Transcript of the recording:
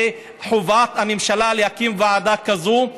זה חובת הממשלה להקים ועדה כזאת,